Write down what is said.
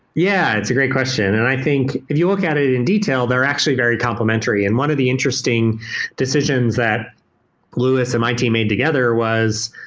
yeah, it's a great question, and i think if you look at it in detail, they're actually very complementary. and one of the interesting decisions that louis and my team made together was